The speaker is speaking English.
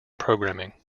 programming